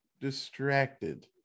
distracted